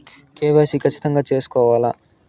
KYC ఖచ్చితంగా సేసుకోవాలా